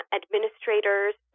administrators